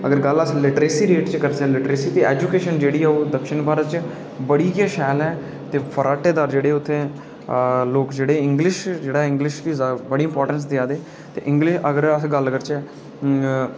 अगर गल्ल अस लिटरेसी रेट दी करचै ते लिटरेसी रेट ऐजुकेशन जेह्ड़ी ऐ ओह् दक्षिण भारत च बड़ी गै शैल ऐ ते फरार्टेदार जेह्ड़े उत्थें लोक जेह्ड़े इंग्लिश गी इंग्लिश गी बड़ी गै इम्पार्टेंस देआ दे ते इंग्लिश अगर अस गल्ल करचै